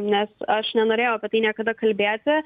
nes aš nenorėjau apie tai niekada kalbėti